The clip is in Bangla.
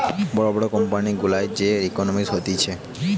বড় সব কোম্পানি গুলার যে ইকোনোমিক্স হতিছে